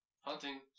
Hunting